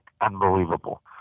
unbelievable